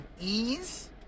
ease